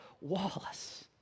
Wallace